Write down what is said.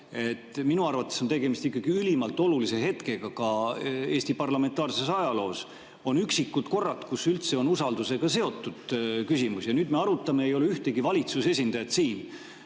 Minu arvates on tegemist ikkagi ülimalt olulise hetkega ka Eesti parlamentaarses ajaloos. On üksikud korrad, kus üldse on küsimus usaldusega seotud. Ja nüüd me arutame, aga ei ole ühtegi valitsuse esindajat siin.